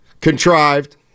Contrived